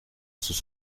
sus